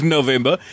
November